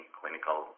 clinical